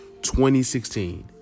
2016